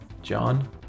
John